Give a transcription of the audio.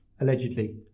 allegedly